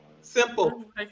Simple